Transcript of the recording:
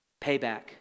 Payback